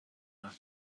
not